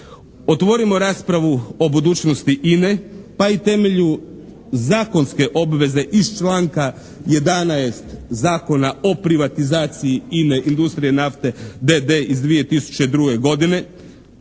otvorimo raspravu o budućnosti INA-e pa i temelju zakonske obveze iz članka 11. Zakona o privatizaciji INA-e industrije nafte, d.d. iz 2002. godine.